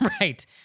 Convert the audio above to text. right